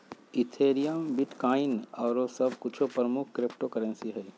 Ethereum, bitcoin आउरो सभ कुछो प्रमुख क्रिप्टो करेंसी हइ